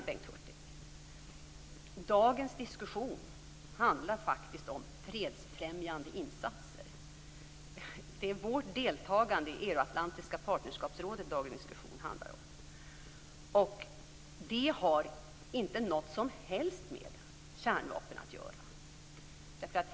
Jag vill då säga till Bengt Hurtig att dagens diskussion handlar om fredsfrämjande insatser. Det är vårt deltagande i Euroatlantiska partnerskapsrådet som dagens diskussion handlar om. Det har inte någonting som helst med kärnvapen att göra.